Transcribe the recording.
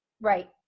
Right